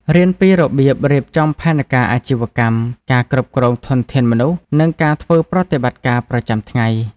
រៀនពីរបៀបរៀបចំផែនការអាជីវកម្ម ការគ្រប់គ្រងធនធានមនុស្ស និងការធ្វើប្រតិបត្តិការប្រចាំថ្ងៃ។